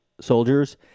soldiers